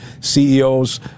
CEOs